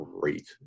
great